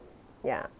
ya